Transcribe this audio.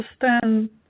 understand